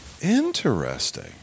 interesting